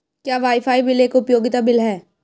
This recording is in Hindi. क्या वाईफाई बिल एक उपयोगिता बिल है?